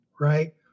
right